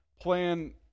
plan